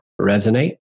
resonate